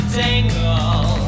tangle